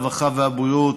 הרווחה והבריאות,